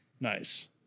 Nice